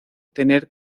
tener